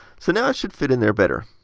so now, it should fit in there better.